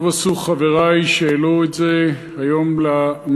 טוב עשו חברי שהעלו את הנושא הזה היום במליאה.